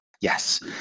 yes